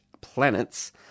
Planets